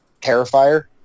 terrifier